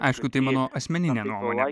aišku tai mano asmeninė nuomonė